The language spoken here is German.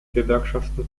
gewerkschaften